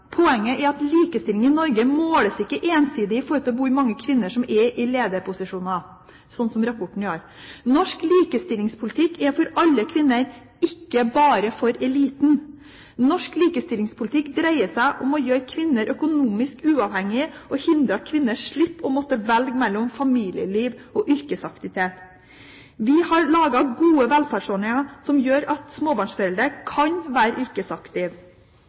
Poenget er at likestilling i Norge måles ikke ensidig i forhold til hvor mange kvinner som er i lederposisjoner, sånn som rapporten gjør. Norsk likestillingspolitikk er for alle kvinner, ikke bare for eliten. Norsk likestillingspolitikk dreier seg om å gjøre kvinner økonomisk uavhengige og hindre at kvinner må velge mellom familieliv og yrkesaktivitet. Vi har laget gode velferdsordninger som gjør at småbarnsforeldre kan være